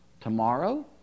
tomorrow